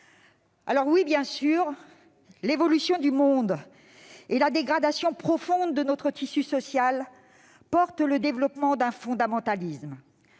? Oui, bien sûr, l'évolution du monde et la dégradation profonde de notre tissu social nourrissent le développement d'un fondamentalisme.